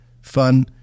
fun